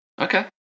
Okay